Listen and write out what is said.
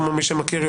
מי שמכיר,